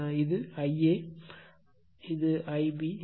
எனவே இது Iaஇது Ia Ib